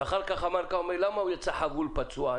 ואחר כך אמר --- למה הוא יצא חבול, פצוע?